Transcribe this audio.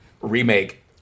remake